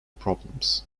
problems